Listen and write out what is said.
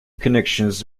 connections